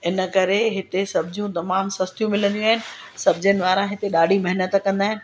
इन करे हिते सब्जियूं तमाम सस्तियूं मिलंदियूं आहिनि सब्जीनि वारा हिते ॾाढी महिनत कंदा आहिनि